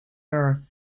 earth